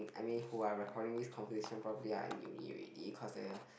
I mean who are recording this conversation probably are in uni already cause ya